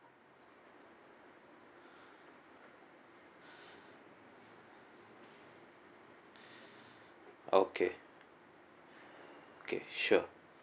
okay okay sure